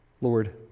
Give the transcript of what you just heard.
Lord